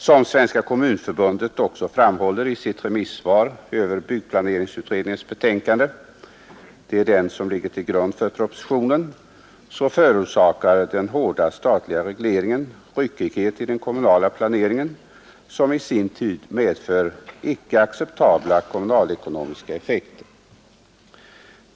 Såsom Svenska kommunförbundet också framhåller i sitt remissvar över byggplaneringsutredningens betänkande — som ligger till grund för propositionen — förorsakar den hårda statliga regleringen ryckighet i den kommunla planeringen, som i sin tur medför icke acceptabla kommunalekonomiska effekter.